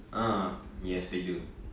ah yes they do